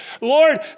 Lord